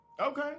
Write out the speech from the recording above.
okay